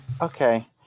Okay